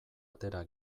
atera